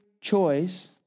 choice